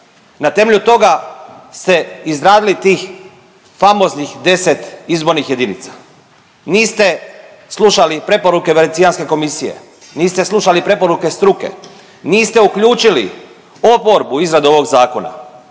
Na temelju toga ste izradili tih famoznih 10 izbornih jedinica. Niste slušali preporuke Venecijanske komisije. Niste slušali preporuke struke. Niste uključili oporbu u izradu ovog zakona